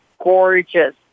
gorgeous